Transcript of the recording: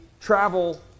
travel